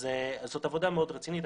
זאת עבודה מאוד רצינית.